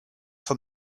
for